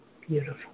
beautiful